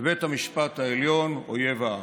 ובית המשפט העליון, אויב העם.